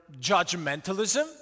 judgmentalism